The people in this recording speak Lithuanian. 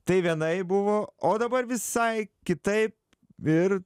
tai vienaip buvo o dabar visai kitaip ir